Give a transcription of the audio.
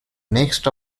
next